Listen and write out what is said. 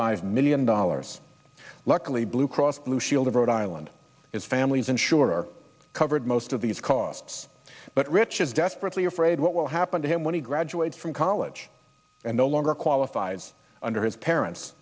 five million dollars luckily blue cross blue shield of rhode island his family's insurer covered most of these costs but rich is desperately afraid what will happen to him when he graduates from college and no longer qualifies under his parent